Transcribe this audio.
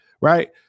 right